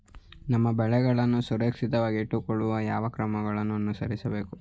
ನಮ್ಮ ಬೆಳೆಗಳನ್ನು ಸುರಕ್ಷಿತವಾಗಿಟ್ಟು ಕೊಳ್ಳಲು ಯಾವ ಕ್ರಮಗಳನ್ನು ಅನುಸರಿಸಬೇಕು?